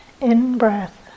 in-breath